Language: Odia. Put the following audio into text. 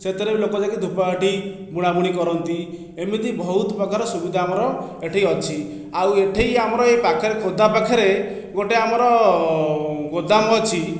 ସେଥିରେ ବି ଲୋକ ଯାଇକି ଧୂପକାଠି ବୁଣା ବୁଣି କରନ୍ତି ଏମିତି ବହୁତ ପ୍ରକାର ସୁବିଧା ଆମର ଏଠି ଅଛି ଆଉ ଏଠି ଆମର ଏଇ ପାଖରେ ଖୋର୍ଦ୍ଧା ପାଖରେ ଗୋଟେ ଆମର ଗୋଦାମ ଅଛି